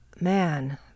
man